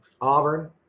Auburn